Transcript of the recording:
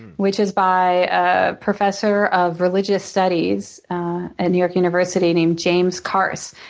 which is by a professor of religious studies at new york university named james carse.